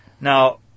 Now